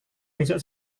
besok